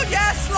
yes